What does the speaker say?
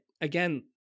again